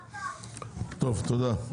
תודה.